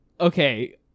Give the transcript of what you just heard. okay